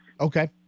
Okay